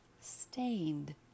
Stained